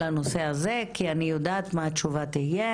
הנושא הזה כי אני יודעת מה התשובה תהיה